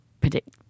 predict